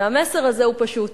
והמסר הזה הוא פשוט.